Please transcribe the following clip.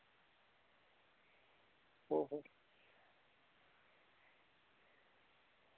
okay